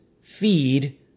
feed